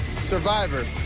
Survivor